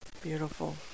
Beautiful